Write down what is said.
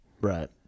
right